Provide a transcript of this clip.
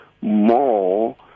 more